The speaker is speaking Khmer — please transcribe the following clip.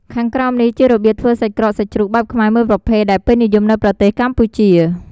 ខាងក្រោមនេះ ជារបៀបធ្វើសាច់ក្រកសាច់ជ្រូកបែបខ្មែរមួយប្រភេទ ដែលពេញនិយមនៅប្រទេសកម្ពុជា។